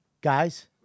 Guys